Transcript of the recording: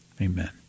Amen